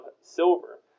silver